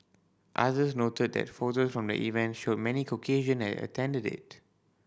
others noted that photos from the event showed many Caucasian had attended it